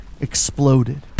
exploded